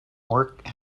work